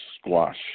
squash